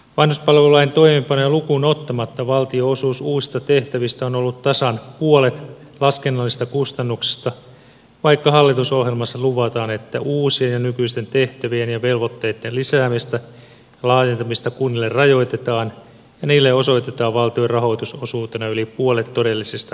vanhuspalvelulain toimeenpanoa lukuun ottamatta valtionosuus uusista tehtävistä on ollut tasan puolet laskennallisista kustannuksista vaikka hallitusohjelmassa luvataan että uusien ja nykyisten tehtävien ja velvoitteitten lisäämistä ja laajentamista kunnille rajoitetaan ja niille osoitetaan valtion rahoitusosuutena yli puolet todellisista kustannuksista